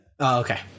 Okay